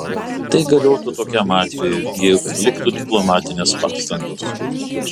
tai galiotų tokiam atvejui jei žlugtų diplomatinės pastangos